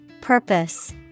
Purpose